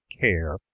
care